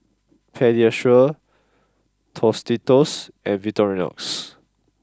Pediasure Tostitos and Victorinox